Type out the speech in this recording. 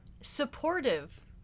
supportive